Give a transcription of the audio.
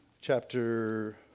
chapter